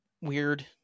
weird